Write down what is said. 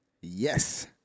Yes